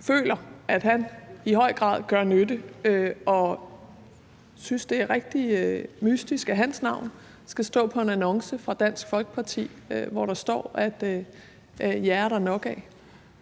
føler, at han i høj grad gør nytte og synes, det er rigtig mystisk, at hans navn skal stå på en annonce fra Dansk Folkeparti, hvor der står, at jer er der nok af?